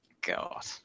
God